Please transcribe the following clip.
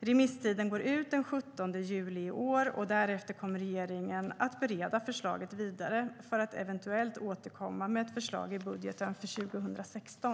Remisstiden går ut den 17 juli i år, och därefter kommer regeringen att bereda förslaget vidare för att eventuellt återkomma med ett förslag i budgeten för 2016.